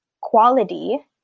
quality—